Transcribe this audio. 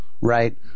Right